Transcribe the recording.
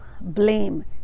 blame